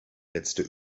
letzte